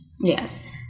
Yes